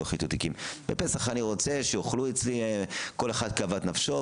לא חיטוט תיקים רוצה שיאכלו אצלי כל אחד כאוות נפשו,